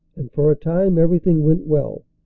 and for a time everything went well,